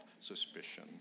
suspicion